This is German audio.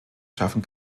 schaffen